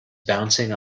bouncing